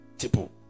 people